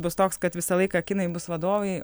bus toks kad visą laiką kinai bus vadovai